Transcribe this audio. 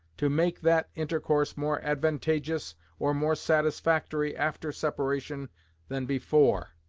to make that intercourse more advantageous or more satisfactory after separation than before.